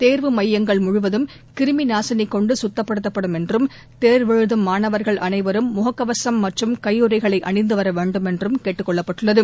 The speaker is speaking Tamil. தேர்வு மையங்கள் முழுவதும் கிருமி நாசிளி கொண்டு சுத்தப்படுத்தப்படும் என்றும் தேர்வெழுதும்மாணவர்கள் அனைவரும் முகக்கவசும் மற்றும் கையுறைகளை அணிந்து வர வேண்டும் என்றும் கேட்டுக் கொள்ளப்பட்டுள்ளது